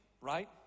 right